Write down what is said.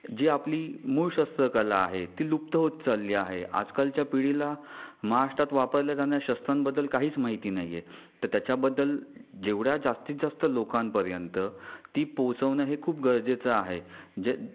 जी आपली मूळ शस्त्रकला आहे ती लुप्त होत चालली आहे आजकालच्या पिढीला महाष्टात वापरल्या जाण्या शस्त्रांबद्दल काहीच माहिती नाही आहे तर त्याच्याबद्दल जेवढ्या जास्तीत जास्त लोकांपर्यंत ती पोचवणं हे खूप गल्जेचं आहे जे